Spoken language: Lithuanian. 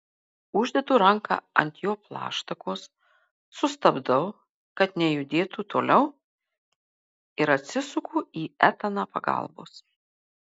uždedu ranką ant jo plaštakos sustabdau kad nejudėtų toliau ir atsisuku į etaną pagalbos